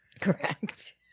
Correct